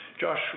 Josh